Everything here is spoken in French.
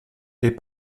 est